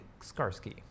Skarsky